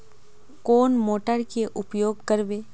कौन मोटर के उपयोग करवे?